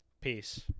Peace